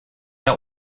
out